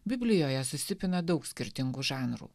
biblijoje susipina daug skirtingų žanrų